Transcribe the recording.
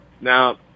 Now